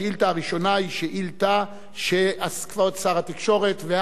השאילתא הראשונה היא שאילתא שכבוד שר התקשורת,